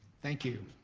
thank you,